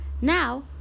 Now